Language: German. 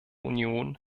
union